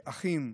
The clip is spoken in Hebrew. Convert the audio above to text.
אחים,